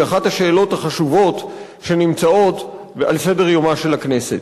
אחת השאלות החשובות שנמצאות על סדר-יומה של הכנסת.